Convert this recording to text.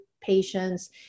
patients